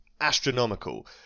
astronomical